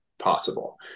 possible